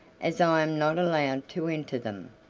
as i am not allowed to enter them.